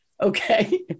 Okay